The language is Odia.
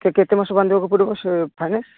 କେ କେତେ ମାସକୁ ବାନ୍ଧିବାକୁ ପଡ଼ିବ ସେ ଫାଇନାନ୍ସ